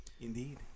Indeed